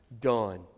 done